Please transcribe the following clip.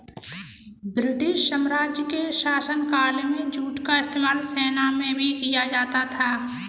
British साम्राज्य के शासनकाल में जूट का इस्तेमाल सेना में भी किया जाता था